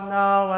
now